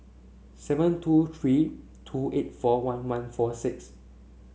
seven two three two eight four one one four six